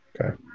Okay